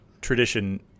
tradition